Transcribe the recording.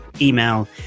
email